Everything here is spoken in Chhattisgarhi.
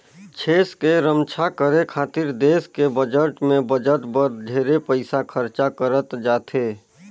छेस के रम्छा करे खातिर देस के बजट में बजट बर ढेरे पइसा खरचा करत जाथे